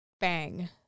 bang